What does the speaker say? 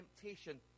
temptation